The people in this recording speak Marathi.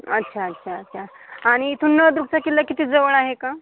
अच्छा अच्छा अच्छा आणि इथून नळदुर्गचा किल्ला किती जवळ आहे का